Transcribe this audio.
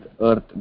earth